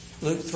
Luke